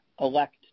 elect